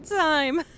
time